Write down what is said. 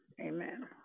amen